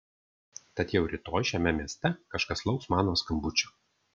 tad jau rytoj šiame mieste kažkas lauks mano skambučio